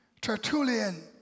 Tertullian